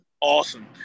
awesome